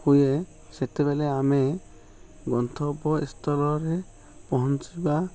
ହୁଏ ସେତେବେଳେ ଆମେ ଗନ୍ତବ୍ୟ ସ୍ଥଳ ରେ ପହଞ୍ଚିବା